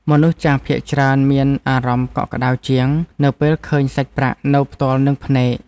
មនុស្សចាស់ភាគច្រើនមានអារម្មណ៍កក់ក្តៅជាង នៅពេលឃើញសាច់ប្រាក់នៅផ្ទាល់នឹងភ្នែក។